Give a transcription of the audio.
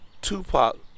Tupac